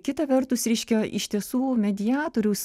kita vertus reiškia iš tiesų mediatoriaus